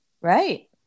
right